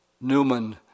Newman